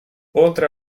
oltre